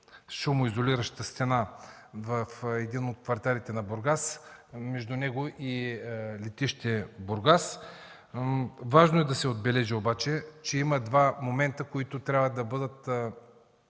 шумоизолиращата стена в един от кварталите на Бургас – между него и летище Бургас. Важно е да се отбележи обаче, че има два момента, които трябва да бъдат